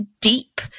deep